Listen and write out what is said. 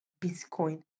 Bitcoin